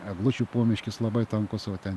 eglučių pomiškis labai tankūs va ten